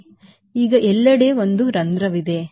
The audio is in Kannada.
ಈಗ ಎಲ್ಲೆಡೆ ಒಂದು ರಂಧ್ರವಿದೆ